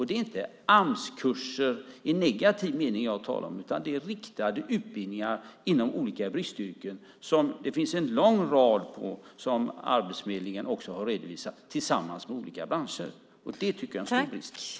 Det är inte Amskurser i negativ mening jag talar om, utan det är riktade utbildningar inom olika bristyrken som det finns en lång rad av, som Arbetsförmedlingen också har redovisat tillsammans med olika branscher. Det tycker jag är en stor brist.